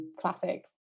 classics